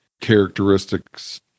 characteristics